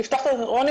שלום,